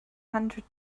hundred